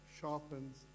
sharpens